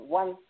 one